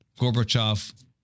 Gorbachev